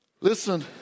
Listen